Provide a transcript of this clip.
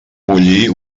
bullir